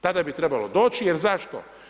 Tada bi trebalo doći jer zašto?